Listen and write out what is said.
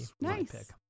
nice